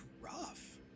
rough